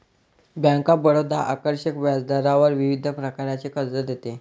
bank of Baroda आकर्षक व्याजदरावर विविध प्रकारचे कर्ज देते